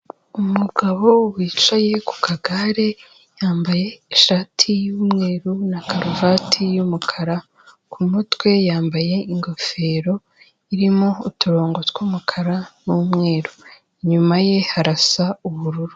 Umugabo wicaye ku kagare, yambaye ishati y'umweru, na karuvati y'umukara, ku mutwe yambaye ingofero irimo uturongo tw'umukara n'umweru, inyuma ye harasa ubururu.